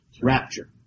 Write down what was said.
rapture